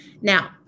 Now